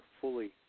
fully